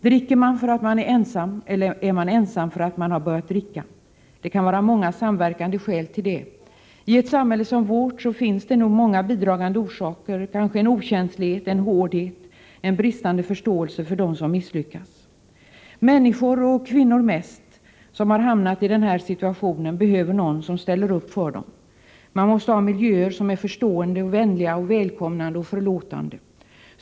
Dricker man för att man är ensam, eller är man ensam för att man har börjat dricka? Det kan vara många samverkande skäl till det. I ett samhälle som vårt finns det nog många bidragande orsaker, kanske en okänslighet, en hårdhet, en bristande förståelse för dem som misslyckas. Människor, och kvinnor mest, som har hamnat i den här situationen behöver någon som ställer upp för dem. Man måste ha miljöer som är förstående, vänliga, välkomnande och förlåtande.